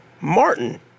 Martin